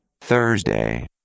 Thursday